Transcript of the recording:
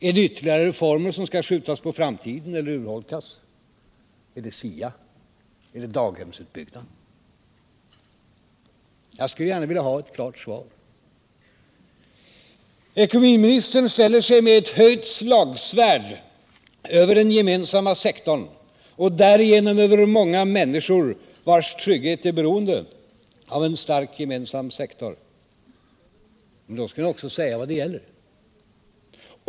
Är det ytterligare reformer som skall skjutas på framtiden eller urholkas? Är det SIA? Är det daghemsutbyggnaden? Jag skulle gärna vilja ha ett klart svar. Ekonomiministern ställer sig med ett höjt slagsvärd över den gemensamma sektorn och därigenom över många människor vars trygghet är beroende av en stark gemensam sektor. Men då skall ni också säga vad det gäller.